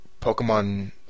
pokemon